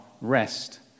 rest